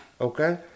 okay